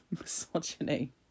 misogyny